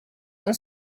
and